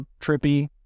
trippy